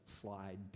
slide